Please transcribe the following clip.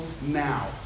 now